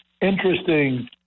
interesting